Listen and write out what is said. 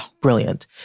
brilliant